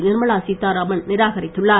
Nirmala Sitharaman நிராகரித்துள்ளார்